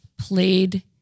played